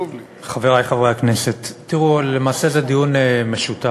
חברי חברי הכנסת, תראו, למעשה זה דיון משותף.